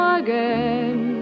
again